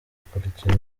akurikira